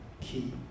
key